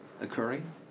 occurring